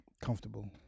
comfortable